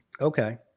Okay